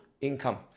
income